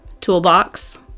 toolbox